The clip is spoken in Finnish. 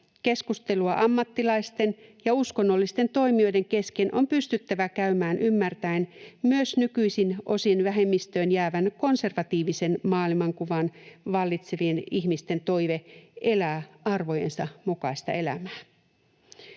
Keskustelua ammattilaisten ja uskonnollisten toimijoiden kesken on pystyttävä käymään ymmärtäen myös nykyisin osin vähemmistöön jäävän konservatiivisen maailmankuvan omaksuvien ihmisten toive elää arvojensa mukaista elämää.